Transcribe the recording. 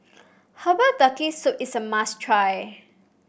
Herbal Turtle Soup is a must try